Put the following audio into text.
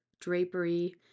drapery